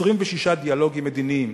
26 דיאלוגים מדיניים,